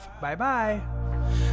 Bye-bye